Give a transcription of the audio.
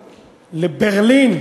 לברלין,